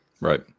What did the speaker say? Right